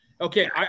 Okay